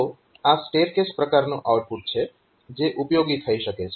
તો આ સ્ટેયરકેસ પ્રકારનું આઉટપુટ છે જે ઉપયોગી થઈ શકે છે